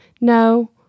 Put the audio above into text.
No